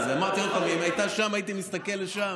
אמרתי עוד פעם, אם היא הייתה שם, הייתי מסתכל לשם.